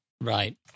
Right